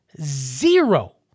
zero